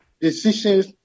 decisions